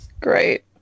great